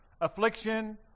Affliction